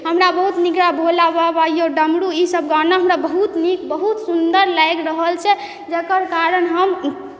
हमरा बहुत नीक लागइए भोलाबबा यौ डमरू ईसब गाना हमरा बहुत नीक बहुत सुन्दर लागि रहल छै जकर कारण हम